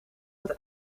het